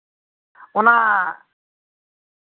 ᱚᱱᱟ